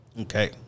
Okay